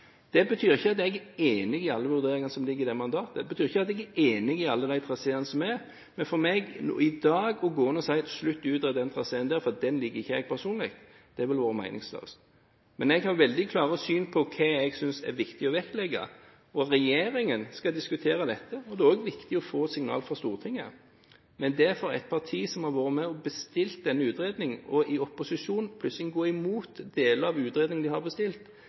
Det betyr ikke at jeg er enig i alle vurderingene som ligger i det mandatet. Det betyr ikke at jeg er enig i alle traseene. For meg i dag å gå noe særlig ut mot den traseen fordi jeg personlig ikke liker den, ville vært meningsløst. Men jeg har veldig klart syn på hva jeg synes er viktig å vektlegge. Regjeringen skal diskutere dette, og det er også viktig å få signal fra Stortinget. For et parti som har vært med og bestilt denne utredningen, i opposisjon plutselig å gå imot deler av utredningen de har bestilt,